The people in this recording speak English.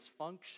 dysfunction